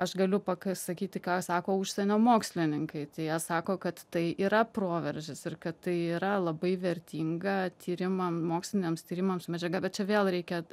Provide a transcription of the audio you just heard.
aš galiu pasakyti ką sako užsienio mokslininkai tai jie sako kad tai yra proveržis ir kad tai yra labai vertinga tyrimam moksliniams tyrimams medžiaga bet čia vėl reikia